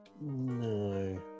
no